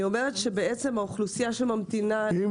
אני אומרת שהאוכלוסייה שממתינה --- אם